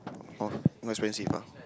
oh not expensive ah